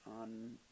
on